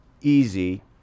easy